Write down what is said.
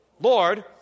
Lord